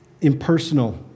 impersonal